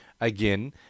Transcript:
again